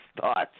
thoughts